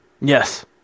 yes